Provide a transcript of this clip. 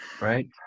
Right